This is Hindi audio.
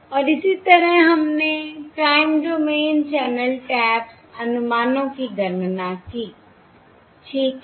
और इसी तरह हमने टाइम डोमेन चैनल टैप्स अनुमानों की गणना की ठीक है